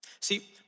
See